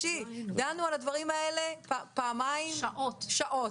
דנו על הדברים האלה פעמיים שעות.